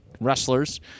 wrestlers